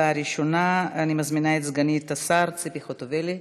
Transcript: וראשונה אני מזמינה את סגנית השר ציפי חוטובלי,